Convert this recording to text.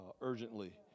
urgently